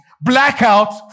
blackout